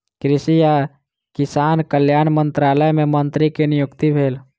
कृषि आ किसान कल्याण मंत्रालय मे मंत्री के नियुक्ति भेल